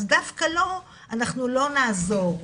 אז דווקא לו אנחנו לא נעזור.